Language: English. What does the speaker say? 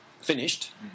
finished